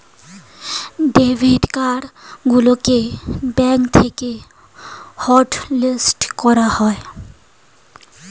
debit card গুলোকে bank থেকে hotlist করা যায়